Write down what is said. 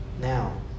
now